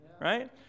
Right